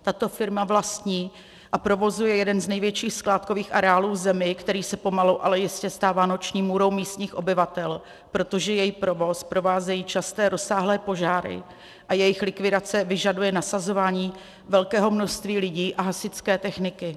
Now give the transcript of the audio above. Tato firma vlastní a provozuje jeden z největších skládkových areálů v zemi, který se pomalu ale jistě stává noční můrou místních obyvatel, protože její provoz provázejí časté rozsáhlé požáry a jejich likvidace vyžaduje nasazování velkého množství lidí a hasičské techniky.